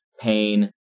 pain